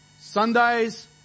Sundays